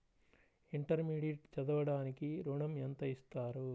Intermediate చదవడానికి ఋణం ఎంత ఇస్తారు?